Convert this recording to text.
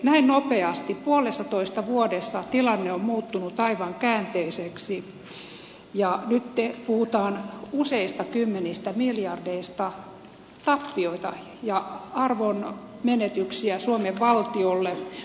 näin nopeasti puolessatoista vuodessa tilanne on muuttunut aivan käänteiseksi ja nyt puhutaan useista kymmenistä miljardeista tappioita ja arvonmenetyksiä suomen valtiolle